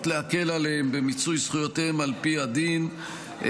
להקל עליהם במיצוי זכויותיהם על פי הדין,